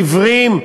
עיוורים?